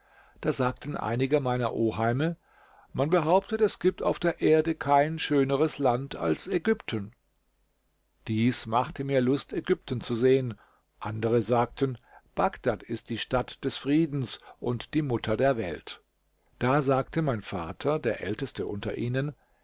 da sagten einige meiner oheime man behauptet es gibt auf der erde kein schöneres land als ägypten dies machte mir lust ägypten zu sehen andere sagten bagdad ist die stadt des friedens und die mutter der welt da sagte mein vater der älteste unter ihnen